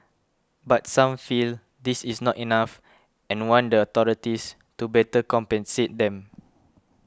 but some feel this is not enough and want the authorities to better compensate them